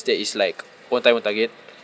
that is like own time own target